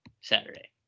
Saturday